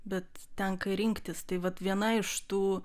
bet tenka rinktis tai vat viena iš tų